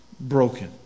Broken